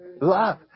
Love